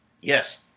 yes